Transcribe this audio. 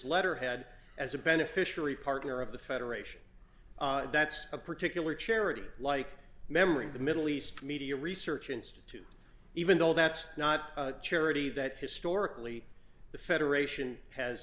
letterhead as a beneficiary partner of the federation that's a particular charity like memory in the middle east media research institute even though that's not a charity that historically the federation has